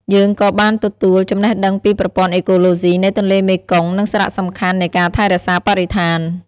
យើងក៏បានទទួលចំណេះដឹងពីប្រព័ន្ធអេកូឡូស៊ីនៃទន្លេមេគង្គ និងសារៈសំខាន់នៃការថែរក្សាបរិស្ថាន។